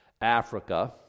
Africa